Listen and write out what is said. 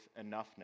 enoughness